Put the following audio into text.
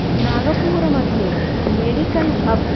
नागपुरमध्ये medical hub